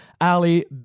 Ali